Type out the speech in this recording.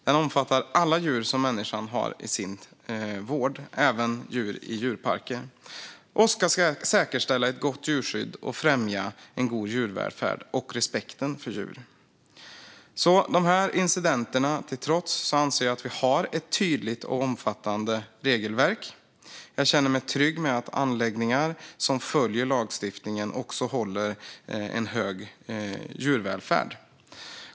Den omfattar alla djur som människan har i sin vård, även djur i djurparker, och den ska säkerställa ett gott djurskydd och främja en god djurvälfärd och respekten för djur. De här incidenterna till trots anser jag att vi har ett tydligt och omfattande regelverk. Jag känner mig trygg med att anläggningar som följer lagstiftningen också håller en hög djurvälfärd.